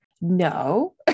no